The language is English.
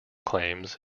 claims